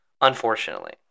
Unfortunately